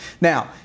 Now